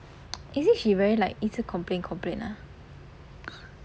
is it like she very like 一直一直 complain complain ah